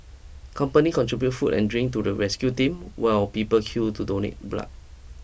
company contribute food and drink to the rescue team while people queued to donate blood